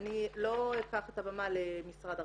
אני לא אקח את הבמה למשרד הרווחה,